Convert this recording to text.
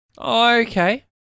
Okay